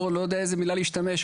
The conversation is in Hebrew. אני לא יודע באיזו מילה להשתמש,